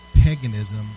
paganism